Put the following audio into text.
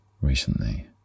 recently